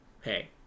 hey